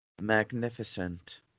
magnificent